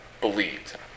believed